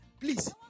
please